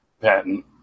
patent